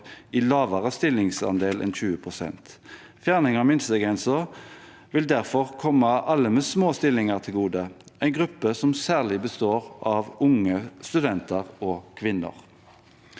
i lavere stillingsandel enn 20 pst. Fjerning av minstegrensen vil derfor komme alle med små stillinger til gode, en gruppe som særlig består av unge, studenter og kvinner.